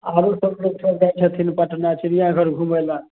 आ हमहु सब हरेक साल जाइ छथिन पटना चिड़िआ घर घूमए लए